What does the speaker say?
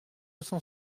cent